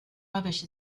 rubbish